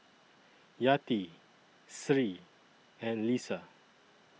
Yati Sri and Lisa